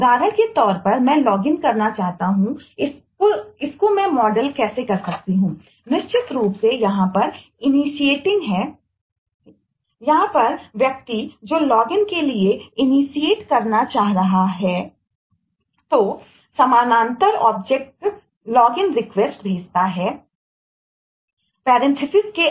उदाहरण के तौर पर मैं लॉगइन करने की